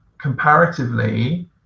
comparatively